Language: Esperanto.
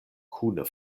kune